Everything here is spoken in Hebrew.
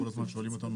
כל הזמן שואלים אותנו,